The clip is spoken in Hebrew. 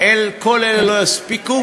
כל אלה לא יספיקו,